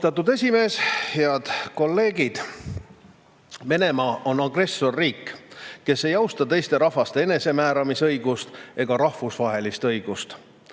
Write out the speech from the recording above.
Austatud esimees! Head kolleegid! Venemaa on agressorriik, kes ei austa teiste rahvaste enesemääramisõigust ega rahvusvahelist õigust.